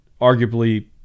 arguably